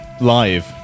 live